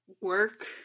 work